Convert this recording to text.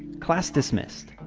class dismissed!